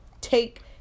take